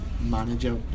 manager